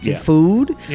food